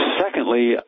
secondly